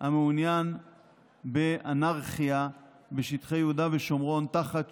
שמעוניין באנרכיה בשטחי יהודה ושומרון תחת